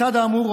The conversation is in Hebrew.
לצד האמור,